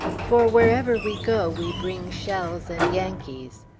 for wherever we go, we bring shells and yankees.